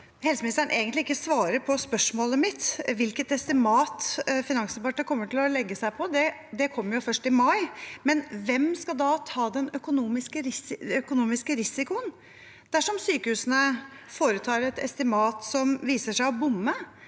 helseministeren egentlig ikke svarer på spørsmålet mitt om hvilket estimat Finansdepartementet kommer til å legge seg på. Det kommer jo først i mai. Hvem skal ta den økonomiske risikoen dersom sykehusene foretar et estimat som viser seg å bomme